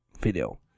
video